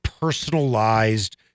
personalized